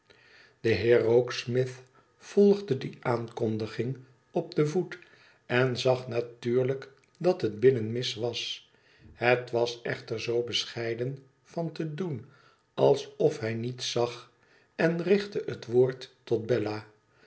de heer rokesmith volgde die aankondiging op den voet en zag natuurlijk dat het binnen mis was hij was echter zoo bescheiden van te doen alsof hij niets zag en richtte het woord tot bella